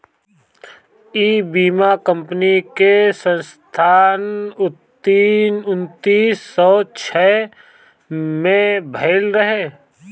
इ बीमा कंपनी के स्थापना उन्नीस सौ छह में भईल रहे